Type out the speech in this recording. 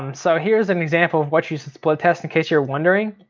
um so here's an example of what you should split test in case you were wondering.